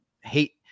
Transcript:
hate